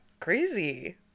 crazy